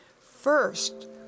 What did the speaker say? First